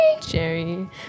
jerry